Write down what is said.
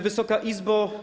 Wysoka Izbo!